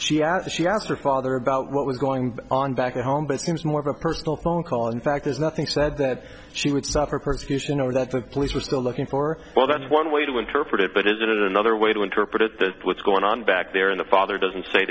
she asked she asked her father about what was going on back home but seems more of a personal phone call in fact there's nothing said that she would suffer persecution or that the police were still looking for well that's one way to interpret it but is it another way to interpret what's going on back there and the father doesn't say